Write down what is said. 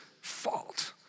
fault